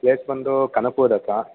place ಬಂದು ಕನಕ್ಪುರ್ದ ಹತ್ರ